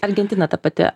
argentina ta pati